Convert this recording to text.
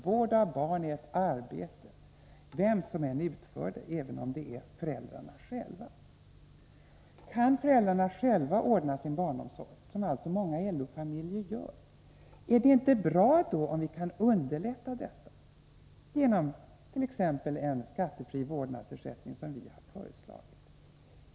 Vård av barn är ett arbete, vem som än utför det — även om det är föräldrarna själva. Om föräldrarna själva ordnar sin barnomsorg, som alltså många LO-familjer måste göra, är det då inte bra om vi kan underlätta detta? Det kunde ske t.ex. genom en skattefri vårdnadsersättning, som vi har föreslagit.